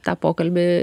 tą pokalbį